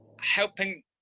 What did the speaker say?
helping